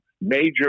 major